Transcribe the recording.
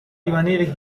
rimaner